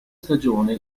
stagione